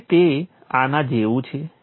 તેથી તે આના જેવું છે